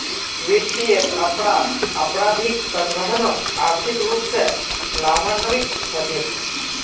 वित्तीयेर अपराधत आपराधिक संगठनत आर्थिक रूप स लाभान्वित हछेक